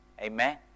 Amen